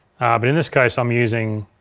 but in this case i'm using,